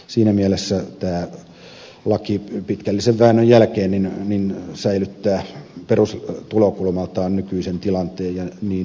siinä mielessä tämä laki pitkällisen väännön jälkeen säilyttää perustulokulmaltaan nykyisen tilanteen ja niin minusta on hyvä